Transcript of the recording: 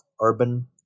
urban